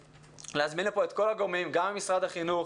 להזמין לפה את כל הגורמים גם ממשרד החינוך,